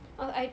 uh I